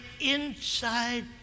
inside